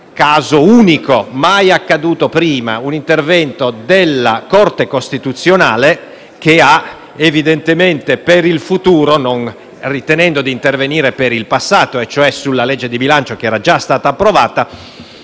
caso unico mai accaduto prima - della Corte costituzionale, che per il futuro, non ritenendo di intervenire per il passato (cioè sulla legge di bilancio che era già stata approvata),